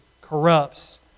corrupts